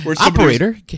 Operator